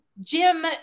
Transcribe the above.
Jim